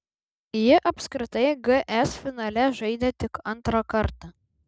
ji apskritai gs finale žaidė tik antrą kartą